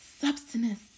substance